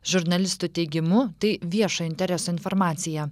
žurnalistų teigimu tai viešo intereso informacija